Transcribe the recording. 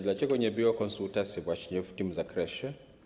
Dlaczego nie było konsultacji właśnie w tym zakresie?